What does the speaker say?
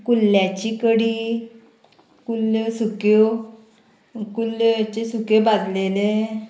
कुल्ल्यांची कडी कुल्ल्यो सुक्यो कुल्ल्यांचें सुकें भाजलेलें